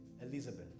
Elizabeth